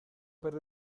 per